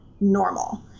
normal